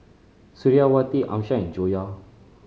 Suriawati Amsyar and Joyah